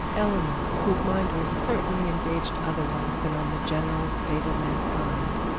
eleanor, whose mind was certainly engaged otherwise than on the general state of mankind,